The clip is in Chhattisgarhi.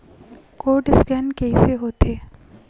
कोर्ड स्कैन कइसे होथे?